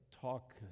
talk